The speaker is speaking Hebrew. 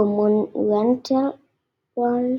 קומונוולת'